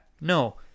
no